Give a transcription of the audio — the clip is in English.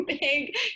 big